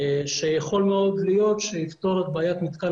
שיכול מאוד להיות שיפתור את בעיית מתקל